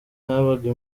habaga